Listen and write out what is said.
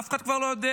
אף אחד כבר לא יודע.